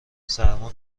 سرما